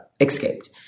escaped